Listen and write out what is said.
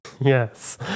Yes